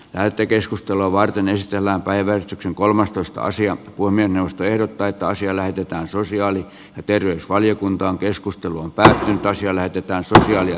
lähetekeskustelua varten esitellään päivän kolmastoista sijan kun minusta ehdottaa että asia näytetään sosiaali ja terveysvaliokuntaan keskusteluun pärähti toisia näytetään sosiaali ja